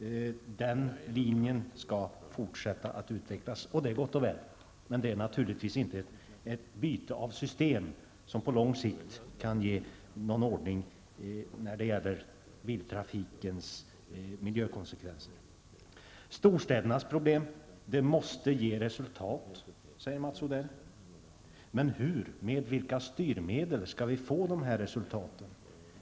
Den linjen skall enligt kommunikationsministern fortsätta att utvecklas, och det är gott och väl, men det är naturligtvis inte ett byte av system som på lång sikt kan ge någon ordning i fråga om biltrafikens miljökonsekvenser. Arbetet med storstädernas problem måste ge resultat, säger Mats Odell. Men hur, med vilka styrmedel skall vi få de resultaten?